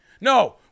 No